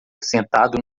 sentado